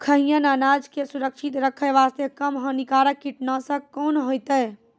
खैहियन अनाज के सुरक्षित रखे बास्ते, कम हानिकर कीटनासक कोंन होइतै?